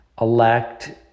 Elect